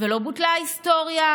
ולא בוטלה ההיסטוריה,